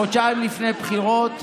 חודשיים לפני בחירות,